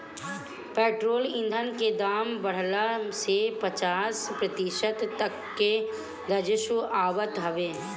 petrol ईधन के दाम बढ़ला से पचास प्रतिशत तक ले राजस्व आवत हवे